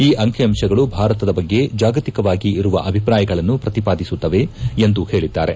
ಈ ಅಂಕಿಅಂಶಗಳು ಭಾರತದ ಬಗ್ಗೆ ಜಾಗತಿಕವಾಗಿ ಇರುವ ಅಭಿಪ್ರಾಯಗಳನ್ನು ಪ್ರತಿಪಾದಿಸುತ್ತದೆ ಎಂದು ಹೇಳಿದ್ದಾರೆ